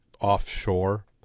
offshore